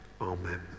Amen